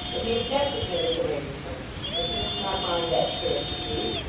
that he objected to this arrangement but you must not mind that, sir, if you please.